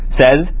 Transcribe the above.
says